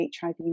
HIV